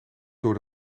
door